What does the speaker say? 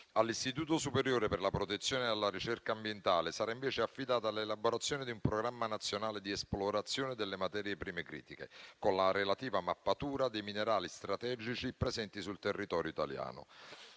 All'Istituto superiore per la protezione e la ricerca ambientale sarà invece affidata l'elaborazione di un programma nazionale di esplorazione delle materie prime critiche, con la relativa mappatura dei minerali strategici presenti sul territorio italiano.